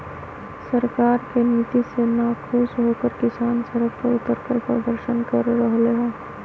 सरकार के नीति से नाखुश होकर किसान सड़क पर उतरकर प्रदर्शन कर रहले है